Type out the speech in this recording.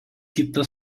kitą